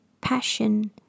passion